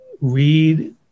read